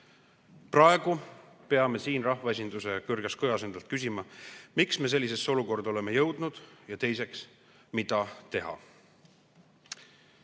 Praegu peame siin rahvaesinduse kõrges kojas endalt küsima, esiteks, miks me sellisesse olukorda oleme jõudnud, ja teiseks, mida